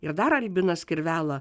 ir dar albinas kirvela